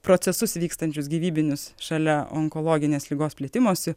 procesus vykstančius gyvybinius šalia onkologinės ligos plėtimosi